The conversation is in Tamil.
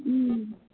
ம்